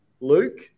Luke